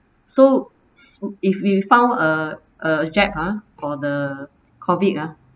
so so if we found uh a jab ah for the COVID ah